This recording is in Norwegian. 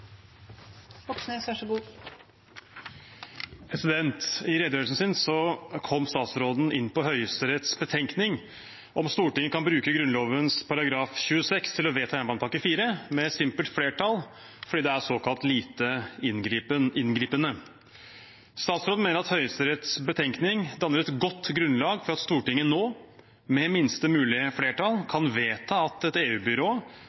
I redegjørelsen sin kom utenriksministeren inn på Høyesteretts betenkning om Stortinget kan bruke Grunnloven § 26 til å vedta jernbanepakke IV med simpelt flertall fordi det er såkalt lite inngripende. Utenriksministeren mener at Høyesteretts betenkning danner et godt grunnlag for at Stortinget nå, med minste mulige flertall, kan vedta at et